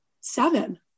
seven